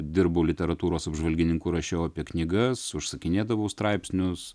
dirbau literatūros apžvalgininku rašiau apie knygas užsakinėdavau straipsnius